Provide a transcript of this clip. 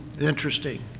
interesting